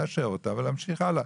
לאשר אותה ולהמשיך הלאה.